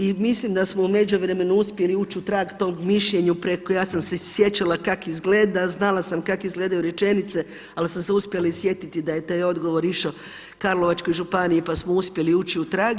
I mislim da smo u međuvremenu uspjeli ući u trag tog mišljenja, ja sam se sjećala kak izgleda, znala sam kak izgledaju rečenice, ali sam se uspjela i sjetiti da je taj odgovor išao Karlovačkoj županiji, pa smo uspjeli ući u trag.